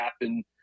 happen